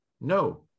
No